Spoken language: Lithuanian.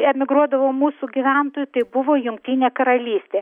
emigruodavo mūsų gyventojai tai buvo jungtinė karalystė